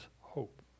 hope